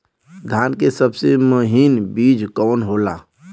धान के सबसे महीन बिज कवन होला?